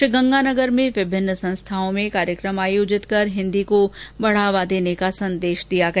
श्रीगंगानगर में विभिन्न संस्थाओं में कार्यक्रम आयोजित कर हिन्दी को बढ़ावा देने का संदेश दिया गया